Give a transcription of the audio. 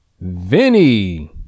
Vinny